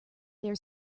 their